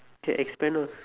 can expand on